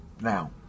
Now